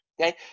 okay